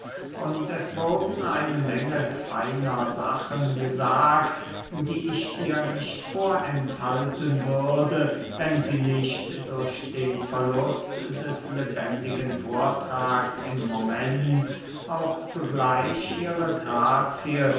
und es wurden eine menge feiner sachen gesagt die ich dir nicht vorenthalten würde wenn sie nicht durch den verlust des lebendigen vortrags im moment auch zugleich ihre grazie